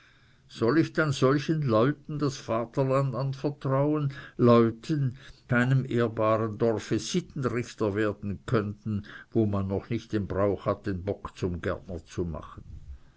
soll ich dann solchen leuten das vaterland anvertrauen leuten die in keinem ehrbaren dorfe sittenrichter werden könnten wo man noch nicht den brauch hat den bock zum gärtner zu machen